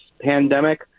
pandemic